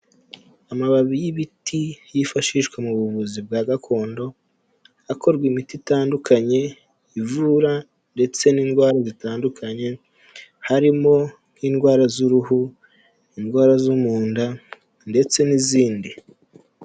Amababi y'ibiti yifashishwa mu buvuzi bwa gakondo, hakorwa imiti itandukanye ivura ndetse n'indwara zitandukanye harimo nk'indwara z'uruhu, indwara zo mu nda ndetse n'izindi.